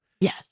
Yes